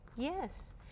Yes